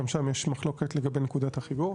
גם שם יש מחלוקת לגבי נקודת החיבור,